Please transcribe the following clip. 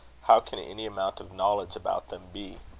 how can any amount of knowledge about them be?